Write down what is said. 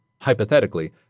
Hypothetically